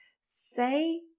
Say